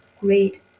great